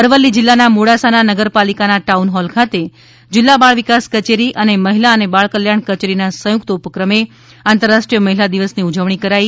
અરવલ્લી જિલ્લાના મોડાસાના નગરપાલિકાના ટાઉનહૉલ ખાતે જિલ્લા બાળ વિકાસ કચેરી અને મહિલા અને બાળ કલ્યાણ કચેરીના સંયુકત ભાગરૂપે આંતરરાષ્ટ્રીય મહિલા દિવસ ની ઉજવણી કરાઈ